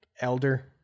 elder